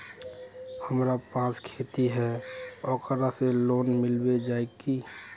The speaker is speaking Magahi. हमरा पास खेती है ओकरा से लोन मिलबे जाए की?